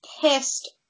pissed